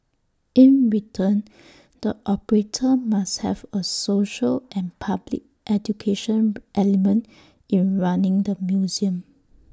in return the operator must have A social and public education element in running the museum